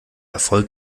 erfolg